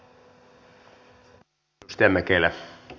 arvoisa puhemies